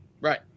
Right